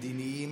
מדיניים.